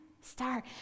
Start